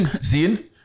See